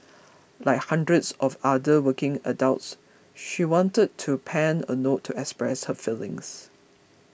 like hundreds of other working adults she wanted to pen a note to express her feelings